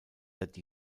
that